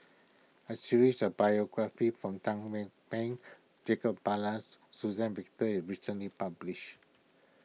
a series of biographies Teng Mah Beng Jacob Ballas Suzann Victor is recently published